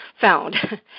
found